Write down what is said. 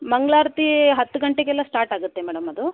ಮಂಗಳಾರ್ತಿ ಹತ್ತು ಗಂಟೆಗೆಲ್ಲ ಸ್ಟಾರ್ಟಾಗುತ್ತೆ ಮೇಡಮ್ ಅದು